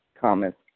Comments